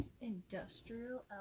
Industrial